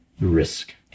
risk